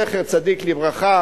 זכר צדיק לברכה,